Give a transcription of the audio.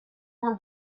were